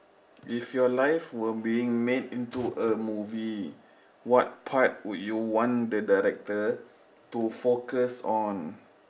if your life were being made into movie what part would you want the director to focus on